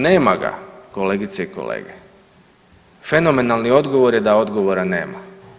Nema ga, kolegice i kolege, fenomenalni odgovor je da odgovora nema.